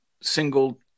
single